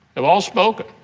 have all spoken.